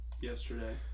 yesterday